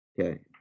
Okay